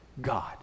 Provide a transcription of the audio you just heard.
God